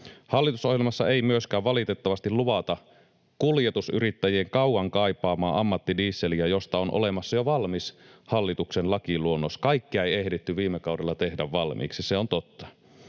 Hallitusohjelmassa ei myöskään valitettavasti luvata kuljetusyrittäjien kauan kaipaamaa ammattidieseliä, josta on olemassa jo valmis hallituksen lakiluonnos. Kaikkea ei ehditty viime kaudella tehdä valmiiksi, se on totta.